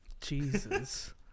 Jesus